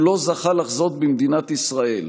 הוא לא זכה לחזות במדינת ישראל,